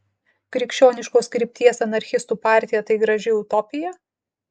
krikščioniškos krypties anarchistų partija tai graži utopija